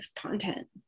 content